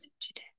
today